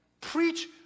Preach